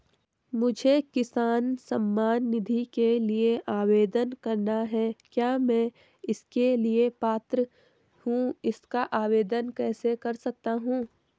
मुझे किसान सम्मान निधि के लिए आवेदन करना है क्या मैं इसके लिए पात्र हूँ इसका आवेदन कैसे कर सकता हूँ?